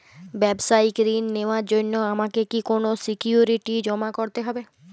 ব্যাবসায়িক ঋণ নেওয়ার জন্য আমাকে কি কোনো সিকিউরিটি জমা করতে হবে?